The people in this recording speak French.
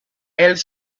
elle